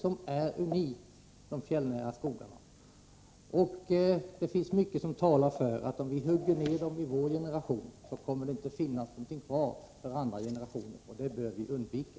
Om vi hugger ned dem i vår generation, talar mycket för att det inte kommer att finnas några sådana skogar kvar för kommande generationer. Det bör vi undvika.